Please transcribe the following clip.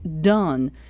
done